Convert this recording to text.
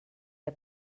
der